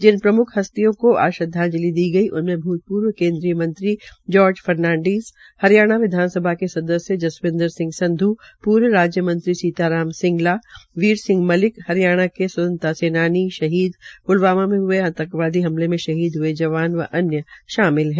जिन प्रमुख हस्तियों को आज श्रद्वाजंत्रि दी गई उनमें भूतपूर्व केन्द्रीय मंत्री जार्च फर्नाडीज़ हरियाणा विधानसभा के सदस्य जसबिन्दर सिंह संध् पूर्व राज्य मंत्री सीता राम सिंगला वीर सिंह मलिक हरियाणा के स्वतंत्रता सेनानी शहीद प्लवामा में हये आंतकवादी हमले में शहीद हये जवानों व अन्य शामिल है